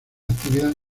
actividad